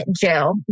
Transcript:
jail